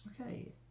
Okay